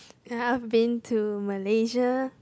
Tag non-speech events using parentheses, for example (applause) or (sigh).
(noise) I've been to Malaysia